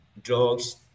drugs